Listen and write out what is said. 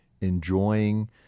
enjoying